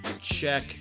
check